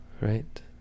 Right